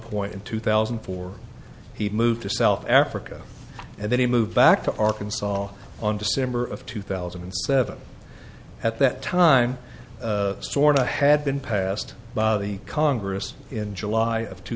point in two thousand and four he moved to south africa and then he moved back to arkansas on december of two thousand and seven at that time sorta had been passed by the congress in july of two